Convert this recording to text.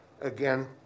again